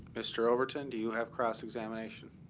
mr. overton, do you have cross-examination?